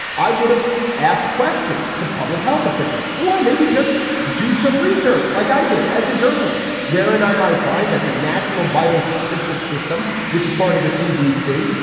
i would have asked questions to public health officials or maybe just do some research like i did as a journalist, wherein i might find that the national vital statistics system, which is part of the cdc,